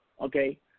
Okay